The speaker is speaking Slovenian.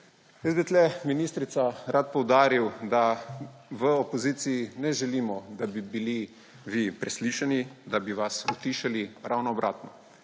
Jaz bi tukaj, ministrica, rad poudaril, da v opoziciji ne želimo, da bi bili vi preslišani, da bi vas utišali. Ravno obratno,